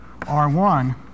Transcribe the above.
R1